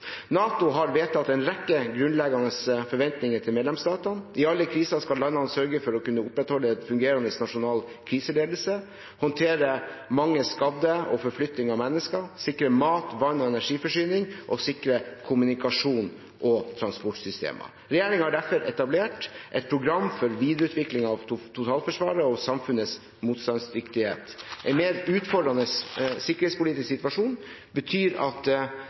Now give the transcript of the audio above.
NATO har vedtatt en rekke grunnleggende forventninger til medlemsstatene. I alle kriser skal landene sørge for å kunne opprettholde en fungerende nasjonal kriseledelse, håndtere mange skadde og forflytting av mennesker, sikre mat, vann og energiforsyning og sikre kommunikasjon og transportsystemer. Regjeringen har derfor etablert et program for videreutvikling av totalforsvaret og samfunnets motstandsdyktighet. En mer utfordrende sikkerhetspolitisk situasjon betyr at